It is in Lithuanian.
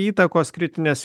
įtakos kritinės